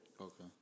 Okay